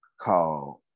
called